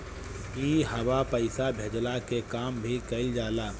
इहवा पईसा भेजला के काम भी कइल जाला